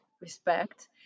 respect